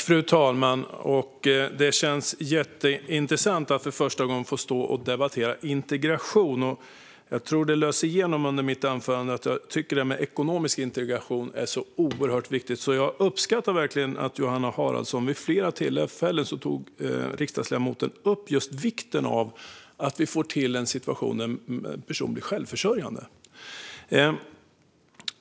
Fru talman! Det känns jätteintressant att för första gången få stå här och debattera integration. Jag tror att det lös igenom under mitt anförande att jag tycker att ekonomisk integration är oerhört viktigt, så jag uppskattar verkligen att riksdagsledamoten Johanna Haraldsson vid flera tillfällen tog upp vikten av att få till en situation där personer blir självförsörjande.